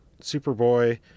Superboy